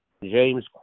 James